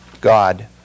God